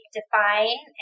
define